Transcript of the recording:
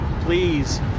please